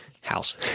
house